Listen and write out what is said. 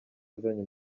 yazanye